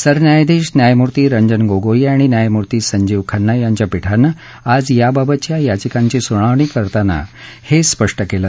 सरन्यायाधीश न्यायमूर्ती रंजन गोगोई आणि न्यायमूर्ती संजीव खन्ना यांच्या पीठानं आज याबाबतच्या याचिकांची सुनावणी करताना हे स्पष्ट केलं